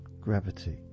gravity